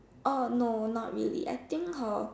orh no not really I think her